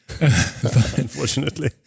Unfortunately